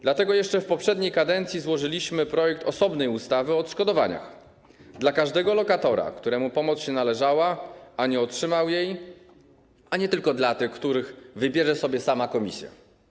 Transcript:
Dlatego jeszcze w poprzedniej kadencji złożyliśmy projekt osobnej ustawy o odszkodowaniach dla każdego lokatora, któremu pomoc się należała, a nie otrzymał jej, a nie tylko dla tych, których wybierze sobie sama komisja.